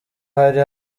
hari